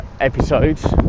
episodes